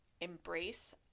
Embrace